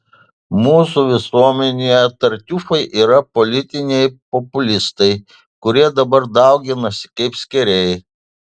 mūsų visuomenėje tartiufai yra politiniai populistai kurie dabar dauginasi kaip skėriai